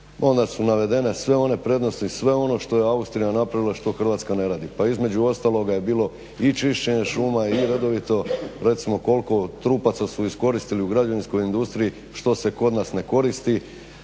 onda su navedene sve one prednosti, sve ono što je Austrija napravila, što Hrvatska ne radi. Pa između ostaloga je bilo i čišćenje šuma i redovito, recimo i koliko trupaca su iskoristili u građevinskoj industriji, što se kod nas ne koristi.